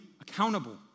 accountable